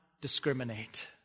discriminate